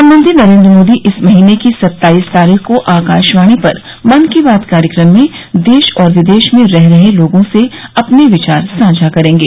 प्रधानमंत्री नरेन्द्र मोदी इस महीने की सत्ताईस तारीख को आकाशवाणी पर मन की बात कार्यक्रम में देश और विदेश में रह रहे लोगों से अपने विचार साझा करेंगे